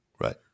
Right